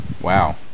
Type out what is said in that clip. Wow